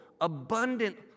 abundant